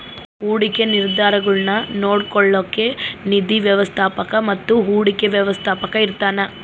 ಹೂಡಿಕೆ ನಿರ್ಧಾರಗುಳ್ನ ನೋಡ್ಕೋಳೋಕ್ಕ ನಿಧಿ ವ್ಯವಸ್ಥಾಪಕ ಅಥವಾ ಹೂಡಿಕೆ ವ್ಯವಸ್ಥಾಪಕ ಇರ್ತಾನ